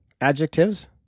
adjectives